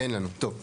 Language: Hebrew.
אין לנו, טוב.